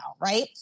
right